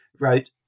wrote